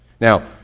Now